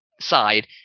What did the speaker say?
side